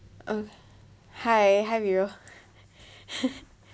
uh hi have you